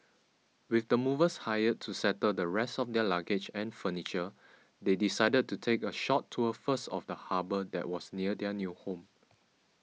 with the movers hired to settle the rest of their luggage and furniture they decided to take a short tour first of the harbour that was near their new home